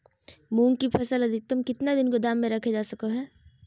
मूंग की फसल अधिकतम कितना दिन गोदाम में रखे जा सको हय?